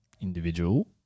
individual